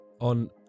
on